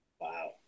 Wow